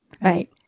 Right